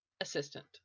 assistant